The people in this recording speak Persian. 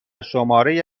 شماره